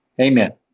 Amen